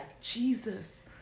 Jesus